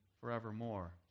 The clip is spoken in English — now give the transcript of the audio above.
forevermore